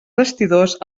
vestidors